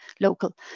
local